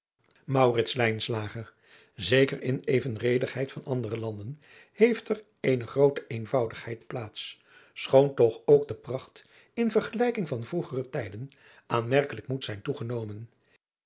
eker in evenredigheid van andere landen heeft er eene groote eenvoudigheid plaats schoon toch ook de pracht in vergelijking van vroegere tijden aanmerkelijk moet zijn toegenomen